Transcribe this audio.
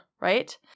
Right